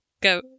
go